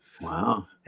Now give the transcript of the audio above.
Wow